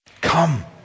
Come